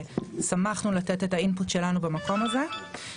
ושמחנו לתת את הדגשים שלנו במקום הזה.